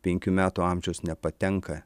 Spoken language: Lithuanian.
penkių metų amžiaus nepatenka